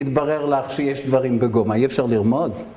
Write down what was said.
התברר לך שיש דברים בגו, מה אי אפשר לרמוז?!